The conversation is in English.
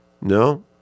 No